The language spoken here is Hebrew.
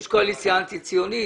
יש קואליציה אנטי ציונית.